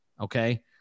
Okay